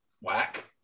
whack